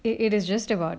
it it is just about